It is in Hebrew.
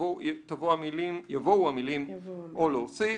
יבואו המילים "או להוסיף".